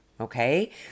Okay